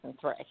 three